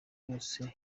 yose